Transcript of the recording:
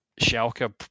Schalke